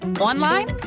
online